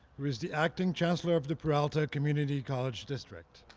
who is the acting chancellor of the peralta community college district.